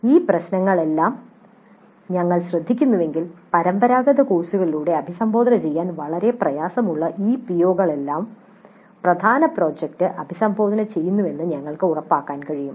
ഈ പ്രശ്നങ്ങളെല്ലാം ഞങ്ങൾ ശ്രദ്ധിക്കുന്നുണ്ടെങ്കിൽ പരമ്പരാഗത കോഴ്സുകളിലൂടെ അഭിസംബോധന ചെയ്യാൻ വളരെ പ്രയാസമുള്ള ഈ പിഒകളെല്ലാം പ്രധാന പ്രോജക്റ്റ് അഭിസംബോധന ചെയ്യുന്നുവെന്ന് ഞങ്ങൾക്ക് ഉറപ്പാക്കാൻ കഴിയും